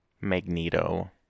Magneto